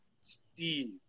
Steve